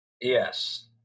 Yes